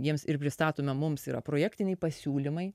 jiems ir pristatome mums yra projektiniai pasiūlymai